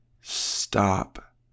stop